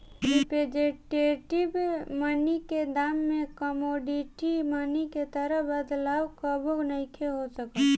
representative money के दाम में कमोडिटी मनी के तरह बदलाव कबो नइखे हो सकत